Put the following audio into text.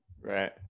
Right